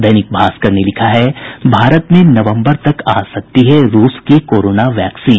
दैनिक भास्कर ने लिखा है भारत में नवंबर तक आ सकती है रूस की कोरोना वैक्सीन